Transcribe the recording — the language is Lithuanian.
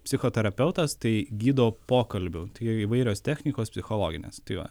psichoterapeutas tai gydo pokalbių jo įvairios technikos psichologinės tai va